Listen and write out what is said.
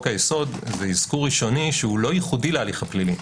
היסוד הוא אזכור ראשוני שלא ייחודי להליך הפלילי.